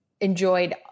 enjoyed